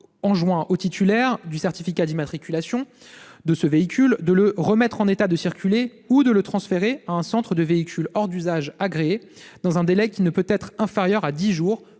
enjoint le titulaire du certificat d'immatriculation de ce véhicule de le remettre en état de circuler ou de le transférer dans un centre de véhicules hors d'usage agréé, dans un délai qui ne peut être inférieur à dix jours,